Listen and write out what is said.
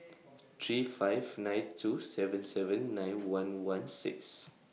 three five nine two seven seven nine one one six